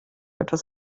etwas